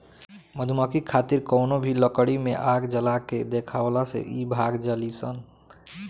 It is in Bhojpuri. मधुमक्खी खातिर कवनो भी लकड़ी में आग जला के देखावला से इ भाग जालीसन